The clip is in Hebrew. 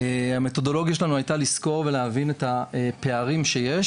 המתודולוגיה שלנו הייתה לסקור ולהבין את הפערים שיש